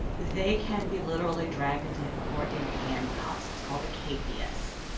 they can be literally dragged into court in handcuffs. it's called the capias.